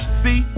see